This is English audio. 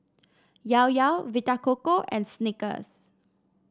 Llao Llao Vita Coco and Snickers